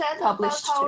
published